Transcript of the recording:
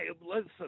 listen